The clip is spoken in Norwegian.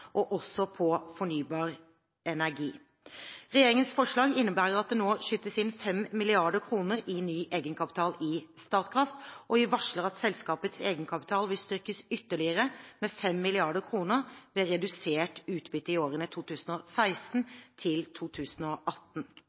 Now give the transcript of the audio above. fornybar energi. Regjeringens forslag innebærer at det nå skytes inn 5 mrd. kr i ny egenkapital i Statkraft, og vi varsler at selskapets egenkapital vil styrkes med ytterligere 5 mrd. kr ved redusert utbytte i årene 2016 til 2018.